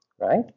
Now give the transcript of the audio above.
right